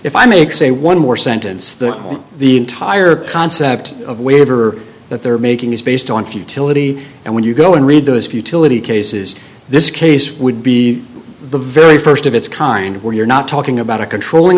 if i make say one more sentence that the entire concept of waiver that they're making is based on futility and when you go and read those futility cases this case would be the very st of its kind of where you're not talking about a controlling